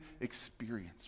experience